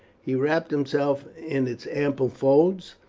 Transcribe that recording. he wrapped himself in its ample folds,